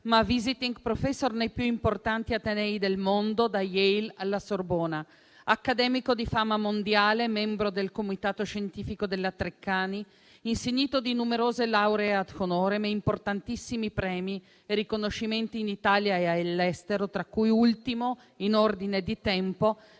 ma *visiting professor* nei più importanti atenei del mondo, da Yale alla Sorbona, accademico di fama mondiale, membro del Comitato scientifico della Treccani, insignito di numerose lauree *ad honorem* e di importantissimi premi e riconoscimenti in Italia e all'estero, tra cui - ultimo in ordine di tempo